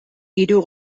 hiru